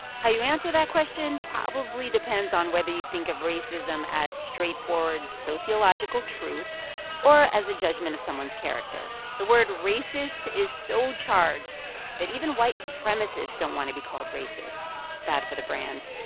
how you answer that question probably depends on whether you think of racism as straightforward sociological truth or as a judgment of someone's character. the word racist is so charged that even white supremacists don't want to be called racists bad for the brand.